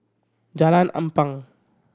Jalan Ampang